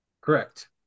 Correct